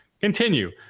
continue